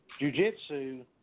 jujitsu